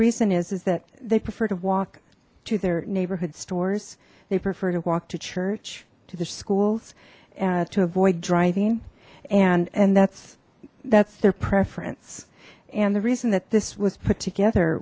reason is is that they prefer to walk to their neighborhood stores they prefer to walk to church to the schools to avoid driving and and that's that's their preference and the reason that this was put together